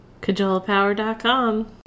Cajolapower.com